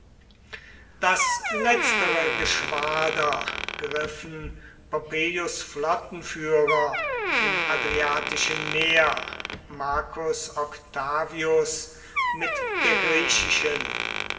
das letztere geschwader griffen pompeius flottenführer im adriatischen meer marcus octavius mit der griechischen